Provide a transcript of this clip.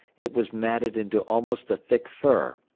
it was matted into almost a thick fur.